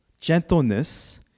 gentleness